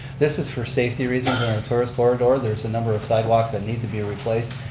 this is for safety reasons in the tourist corridor, there's a number of sidewalks that need to be replaced.